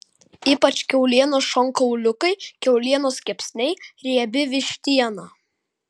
ypač kiaulienos šonkauliukai kiaulienos kepsniai riebi vištiena